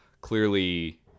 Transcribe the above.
Clearly